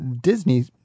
Disney